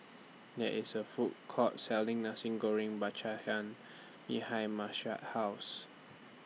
There IS A Food Court Selling Nasi Goreng Belacan behind Marsh's House